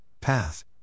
path